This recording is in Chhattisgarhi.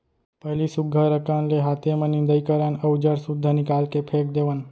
पहिली सुग्घर अकन ले हाते म निंदई करन अउ जर सुद्धा निकाल के फेक देवन